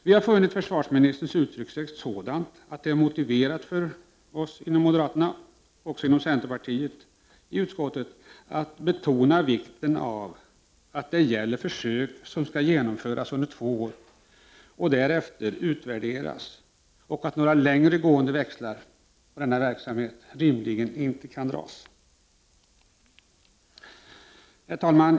Vi har funnit försvarsministerns uttryckssätt sådant att det är motiverat för oss moderater, och även för centerpartister, i utskottet att betona att det gäller försök som skall genomföras under två år och därefter utvärderas. Man kan inte dra några längre gående växlar på denna verksamhet. Herr talman!